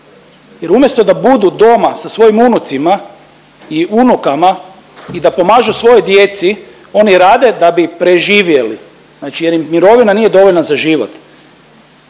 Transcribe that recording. jer umjesto da budu doma sa svojim unucima i unukama i da pomažu svojoj djeci, oni rade da bi preživjeli, znači jer im mirovina nije dovoljna za život